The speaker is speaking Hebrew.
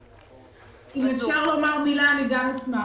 10:44) אם אפשר לומר מילה אשמח.